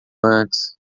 antes